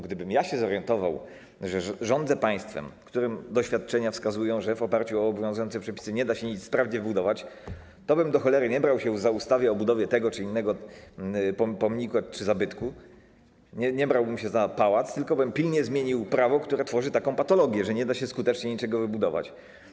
Gdybym ja się zorientował, że rządzę państwem, w którym doświadczenia wskazują, że w oparciu o obowiązujące przepisy nie da się nic sprawnie budować, tobym, do cholery, nie brał się za ustawę o budowie tego czy innego pomnika czy zabytku, nie brałbym się za pałac, tylko bym pilnie zmienił prawo, które tworzy taką patologię, że nie da się skutecznie niczego wybudować.